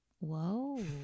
Whoa